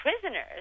prisoners